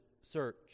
search